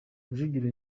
rujugiro